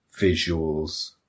visuals